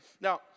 Now